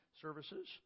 Services